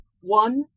One